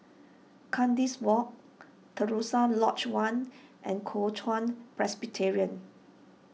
Kandis Walk Terusan Lodge one and Kuo Chuan Presbyterian